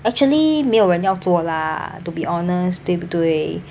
actually 没有人要做 lah to be honest 对不对